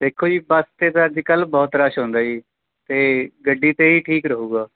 ਦੇਖੋ ਜੀ ਬੱਸ 'ਤੇ ਤਾਂ ਅੱਜ ਕੱਲ੍ਹ ਬਹੁਤ ਰੱਛ ਹੁੰਦਾ ਜੀ ਤਾਂ ਗੱਡੀ 'ਤੇ ਹੀ ਠੀਕ ਰਹੂਗਾ